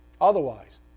otherwise